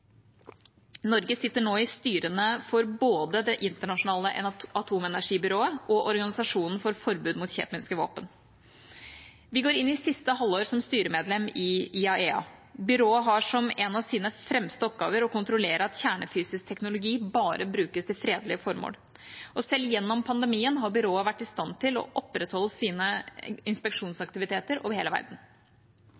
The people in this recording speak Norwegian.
Norge sitter nå i styrene for både Det internasjonale atomenergibyrået, IAEA, og Organisasjonen for forbud mot kjemiske våpen, OPCW. Vi går inn i siste halvår som styremedlem i IAEA. Byrået har som en av sine fremste oppgaver å kontrollere at kjernefysisk teknologi bare brukes til fredelige formål. Selv gjennom pandemien har byrået vært i stand til å opprettholde sine